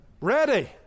Ready